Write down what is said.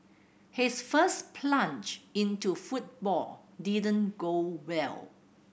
his first plunge into football didn't go well